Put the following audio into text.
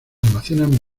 almacenan